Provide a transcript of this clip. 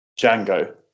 Django